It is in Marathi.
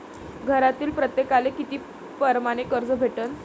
घरातील प्रत्येकाले किती परमाने कर्ज भेटन?